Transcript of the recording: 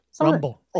Rumble